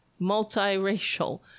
multiracial